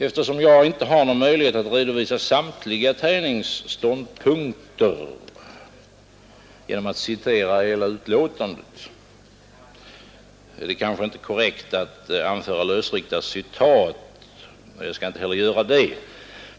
Eftersom jag inte har någon möjlighet att redovisa samtliga Tejnings ståndpunkter genom att citera hela utlåtandet är det kanske inte korrekt att anföra lösryckta citat, och jag skall heller inte göra det.